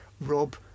rob